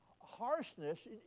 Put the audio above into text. harshness